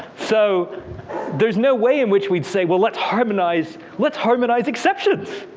so there's no way in which we'd say, well let's harmonize let's harmonize exceptions,